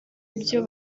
byo